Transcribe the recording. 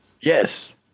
Yes